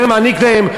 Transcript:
יותר מעניק להם,